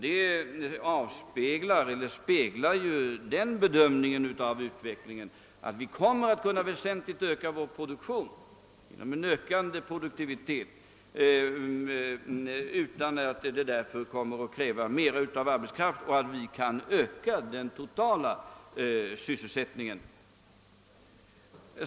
Detta speglar ju den bedömningen av utvecklingen, att vi kommer att väsentligt kunna öka vår produktion utan att det därför krävs mer arbetskraft och att vi därför bör öka den totala sysselsättningen.